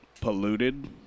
polluted